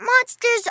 monsters